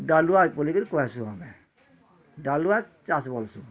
ଡ଼ାଲୁଆ ବୋଲିକରି କହେସୁ ଆମେ ଡ଼ାଲୁଆ ଚାଷ୍ ବୋଲିଛୁଁ